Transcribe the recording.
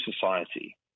society